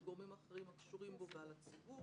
על גורמים אחרים הקשורים בו ועל הציבור,